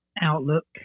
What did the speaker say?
outlook